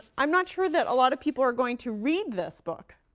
i'm not sure that a lot of people are going to read this book,